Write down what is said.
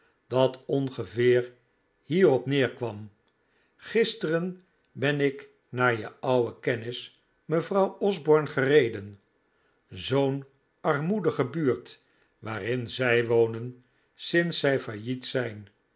dat ongeveer hier op neer kwam gisteren ben ik naar je oude kennis mevrouw osborne gereden zoo'n armoedige buurt waarin zij wonen sinds zij failliet zijn